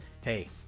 hey